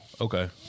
Okay